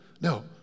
no